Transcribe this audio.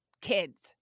kids